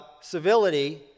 civility